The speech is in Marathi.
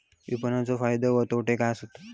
विपणाचो फायदो व तोटो काय आसत?